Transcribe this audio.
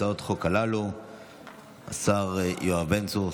ישיב במשולב על הצעות החוק הללו השר יואב בן צור,